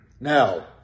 Now